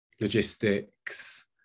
logistics